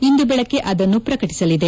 ಇಂದು ಬೆಳಗ್ಗೆ ಅದನ್ನು ಪ್ರಕಟಿಸಲಿದೆ